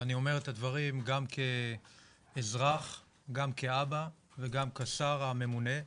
ואני אומר את הדברים גם כאזרח וגם כאבא וגם כשר הממונה,